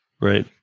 Right